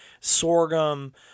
sorghum